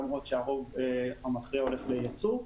למרות שהרוב המכריע הולך לייצוא.